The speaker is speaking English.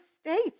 states